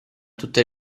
tutte